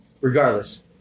regardless